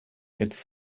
jetzt